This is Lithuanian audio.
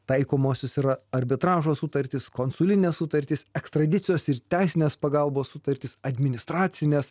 taikomosios yra arbitražo sutartys konsulinės sutartys ekstradicijos ir teisinės pagalbos sutartys administracinės